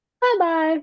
Bye-bye